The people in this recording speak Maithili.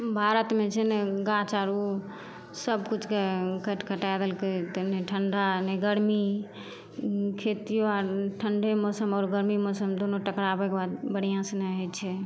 भारतमे छै ने गाछ आर ओ सबकिछुके काटि कटा देलकै ताहिमे ठण्ढा नहि गर्मी ई खेतियो आर ठण्ढे मौसम आओर गर्मी मौसम दुनू टकड़ाबैके बाद बढ़िऑं से नहि होइ छै